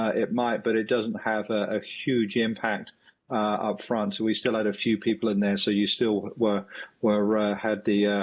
ah it might. but it doesn't have a huge impact upfront. so we still have a few people in there. so you still were were had the